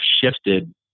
shifted